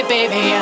Baby